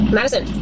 Madison